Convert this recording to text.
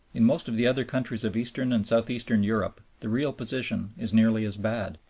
in most of the other countries of eastern and south-eastern europe the real position is nearly as bad.